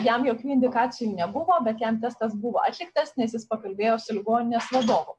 jam jokių indikacijų nebuvo bet jam testas buvo atliktas nes jis pakalbėjo su ligoninės vadovu